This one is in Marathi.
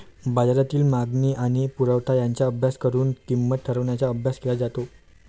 बाजारातील मागणी आणि पुरवठा यांचा अभ्यास करून किंमत ठरवण्याचा अभ्यास केला जातो